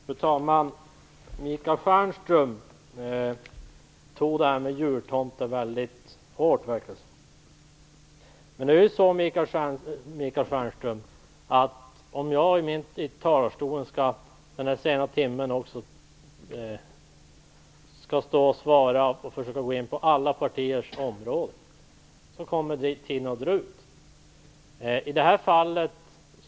Fru talman! Det verkar som att Michael Stjernström tog det jag sade om jultomten väldigt hårt. Om jag, Michael Stjernström, från talarstolen i denna sena timme skall svara på alla frågor och gå in på alla partiers område kommer det att dra ut på tiden.